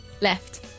left